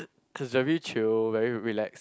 he's very chill very relax